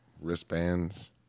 wristbands